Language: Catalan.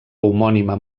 homònima